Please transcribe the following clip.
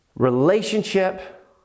relationship